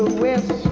with